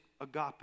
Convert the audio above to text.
agape